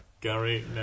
Gary